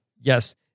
Yes